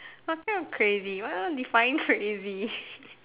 what kind of crazy what else defying crazy